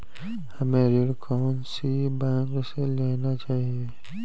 हमें ऋण कौन सी बैंक से लेना चाहिए?